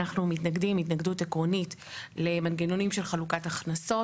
אנחנו מתנגדים התנגדות עקרונית למנגנונים של חלוקת הכנסות,